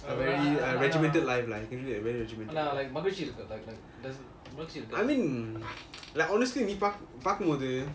it can be a very regimented life regimented life I mean honestly நீ பாக்கும் பாக்கும் போது:nee paakum paakum bothu